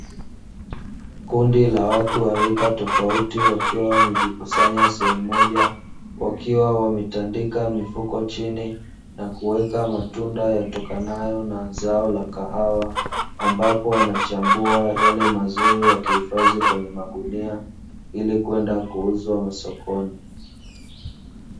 Kundi la watu wa rika tofauti, wakiwa wamejikusanya sehemu moja wakiwa wametandika mifuko chini na kuweka matunda yatokanayo na zao la kahawa, ambapo wanachambua yale mazuri wakihifadhi kwenye magunia ili kuenda kuuzwa masokoni.